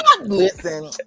Listen